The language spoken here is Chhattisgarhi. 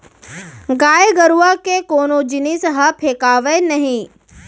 गाय गरूवा के कोनो जिनिस ह फेकावय नही